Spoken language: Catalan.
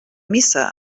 missa